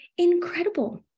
Incredible